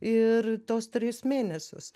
ir tuos tris mėnesius